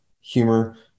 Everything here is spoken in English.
humor